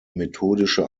methodische